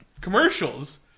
commercials